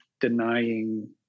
denying